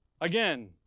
Again